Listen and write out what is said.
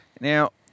Now